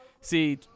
see